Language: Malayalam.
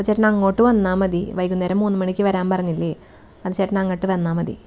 ചേട്ടൻ അങ്ങോട്ട് വന്നാൽ മതി വൈകുന്നേരം മൂന്ന് മണിക്ക് വരാൻ പറഞ്ഞില്ലേ അത് ചേട്ടന് അങ്ങോട്ട് വന്നാൽ മതി